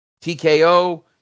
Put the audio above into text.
TKO